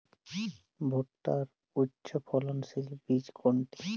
ভূট্টার উচ্চফলনশীল বীজ কোনটি?